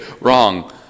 wrong